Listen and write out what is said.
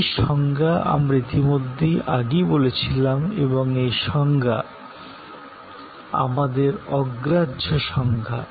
এই সংজ্ঞা আমরা ইতিমধ্যে আগেই বলেছিলাম এবং এই সংজ্ঞা সময় উল্লেখ 1204 আমাদের অগ্রাহ্য সংজ্ঞা